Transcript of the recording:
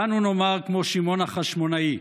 ואנו נאמר, כמו שמעון החשמונאי: